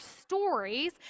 stories